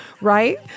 right